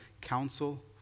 council